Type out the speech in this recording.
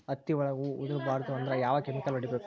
ಹತ್ತಿ ಒಳಗ ಹೂವು ಉದುರ್ ಬಾರದು ಅಂದ್ರ ಯಾವ ಕೆಮಿಕಲ್ ಹೊಡಿಬೇಕು?